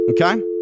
Okay